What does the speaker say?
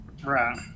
Right